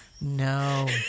No